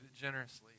generously